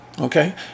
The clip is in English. Okay